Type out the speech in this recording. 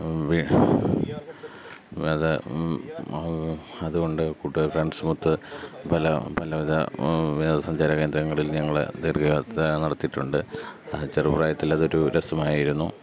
അതുകൊണ്ട് കൂട്ടുക ഫ്രണ്ട്സുമൊത്ത് പല പലവിധ വിനോദസഞ്ചാര കേന്ദ്രങ്ങളിൽ ഞങ്ങൾ ദീർഘ യാത്ര നടത്തിയിട്ടുണ്ട് ചെറുപ്രായത്തിൽ അതൊരു രസമായിരുന്നു